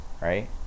right